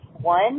one